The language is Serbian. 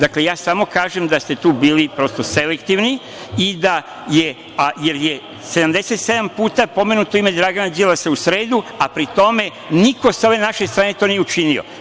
Ja samo kažem da ste tu bili prosto selektivni, jer je 77 puta pomenuto ime Dragana Đilasa u sredu, a pri tom, niko sa ove naše strane to nije učinio.